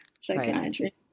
psychiatry